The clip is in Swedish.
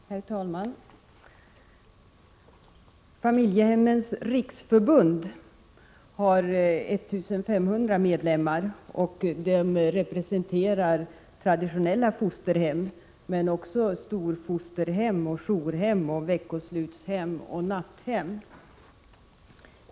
Herr talman! Familjehemmens riksförbund har 1 500 medlemmar och representerar traditionella fosterhem men också storfosterhem, jourhem, veckoslutshem och natthem.